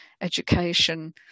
education